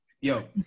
Yo